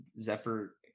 Zephyr